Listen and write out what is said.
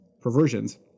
perversions